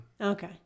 Okay